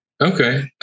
Okay